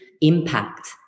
impact